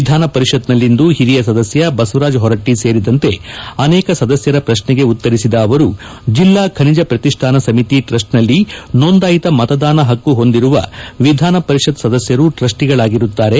ವಿಧಾನಪರಿಷತ್ನಲ್ಲಿಂದು ಹಿರಿಯ ಸದಸ್ಯ ಬಸವರಾಜಹೊರಟ್ಟಿ ಸೇರಿದಂತೆ ಅನೇಕ ಸದಸ್ಥರ ಪ್ರಶ್ನೆಗೆ ಉತ್ತರಿಸಿದ ಅವರು ಜಿಲ್ಲಾ ಖನಿಜ ಪ್ರತಿಷ್ಠಾನ ಸಮಿತಿ ಟ್ರಶ್ನೆಗಳಲ್ಲಿ ಸೋಂದಾಯಿತ ಮತದಾನ ಹಕ್ಕು ಹೊಂದಿರುವ ವಿಧಾನಪರಿಷತ್ ಸದಸ್ಯರು ಟ್ರಸ್ನಿಗಳಾಗಿರುತ್ತಾರೆ